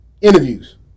interviews